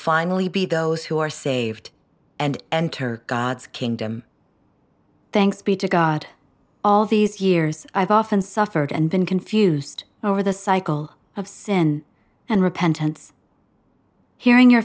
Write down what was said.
finally be those who are saved and enter god's kingdom thanks be to god all these years i've often suffered and been confused over the cycle of sin and repentance hearing your